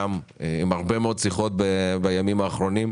גם עם הרבה מאוד שיחות בימים האחרונים.